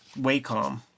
Wacom